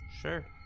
Sure